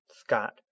Scott